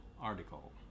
article